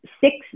six